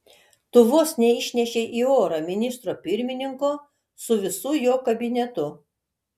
tu vos neišnešei į orą ministro pirmininko su visu jo kabinetu